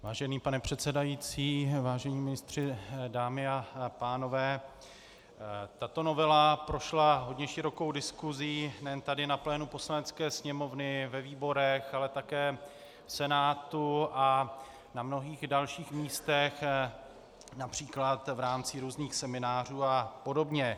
Vážený pane předsedající, vážení ministři, dámy a pánové, tato novela prošla hodně širokou diskusí nejen tady na plénu Poslanecké sněmovny, ve výborech, ale také v Senátu a na mnohých dalších místech, například v rámci různých seminářů a podobně.